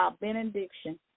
benediction